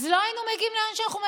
לא היינו מגיעים לאן שאנחנו מגיעים.